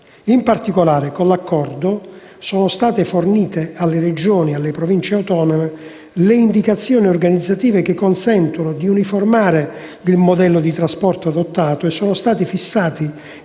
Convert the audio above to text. In particolare, con l'accordo sono state fornite alle Regioni e alle Province autonome le indicazioni organizzative che consentono di uniformare il modello di trasporto adottato e sono stati fissati